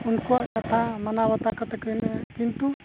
ᱩᱱᱠᱩᱣᱟᱜ ᱠᱟᱛᱷᱟ ᱢᱟᱱᱟᱣ ᱵᱟᱛᱟ ᱠᱚᱛᱮᱫ ᱠᱚ ᱮᱱᱮᱡᱼᱟ ᱠᱤᱱᱛᱩ